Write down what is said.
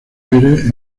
aires